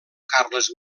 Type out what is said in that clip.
carles